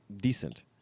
decent